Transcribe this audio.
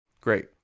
Great